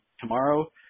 tomorrow